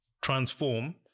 transform